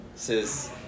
says